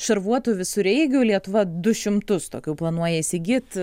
šarvuotų visureigių lietuva du šimtus tokių planuoja įsigyt